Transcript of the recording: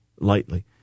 lightly